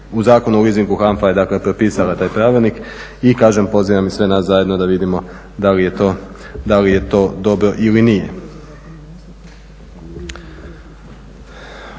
U Zakonu o leasingu HANFA je dakle propisala taj pravilnik i kažem pozivam i sve nas zajedno da vidimo da li je to dobro ili nije.